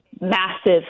massive